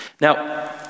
Now